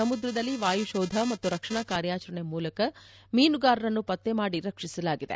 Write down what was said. ಸಮುದ್ರದಲ್ಲಿ ವಾಯು ಶೋಧ ಮತ್ತು ರಕ್ಷಣಾ ಕಾರ್ಯಾಚರಣೆ ಮೂಲಕ ಮೀನುಗಾರರನ್ನು ಪತ್ತೆ ಮಾಡಿ ರಕ್ಷಿಸಲಾಗಿದೆ